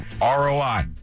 ROI